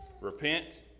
Repent